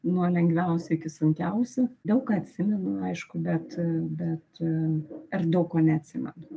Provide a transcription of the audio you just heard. nuo lengviausių iki sunkiausių daug ką atsimenu aišku bet bet ar daug ko neatsimenu